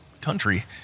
country